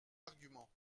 arguments